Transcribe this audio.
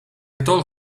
told